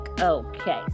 Okay